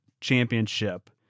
championship